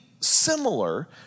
similar